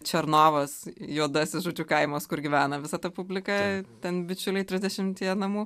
černovas juodasis žodžiu kaimas kur gyvena visa ta publika ten bičiuliai trisdešimtyje namų